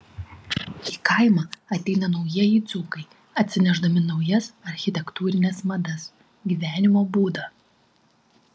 į kaimą ateina naujieji dzūkai atsinešdami naujas architektūrines madas gyvenimo būdą